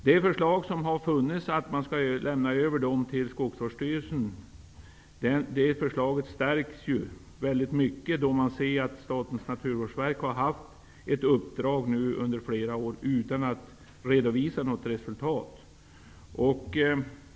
Det förslag som har funnits att de skall överlämnas till Skogsvårdsstyrelserna stärks då man ser att Statens naturvårdsverk under flera år har haft detta uppdrag utan att redovisa något resultat.